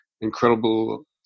incredible